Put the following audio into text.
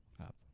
up